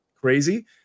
crazy